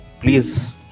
please